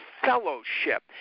fellowship